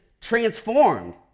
transformed